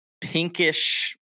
pinkish